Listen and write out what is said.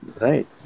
right